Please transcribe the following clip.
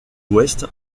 ouest